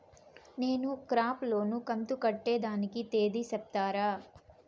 నేను crop loan కంతు కట్టేదానికి తేది సెప్తారా?